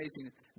amazing